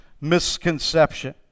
misconception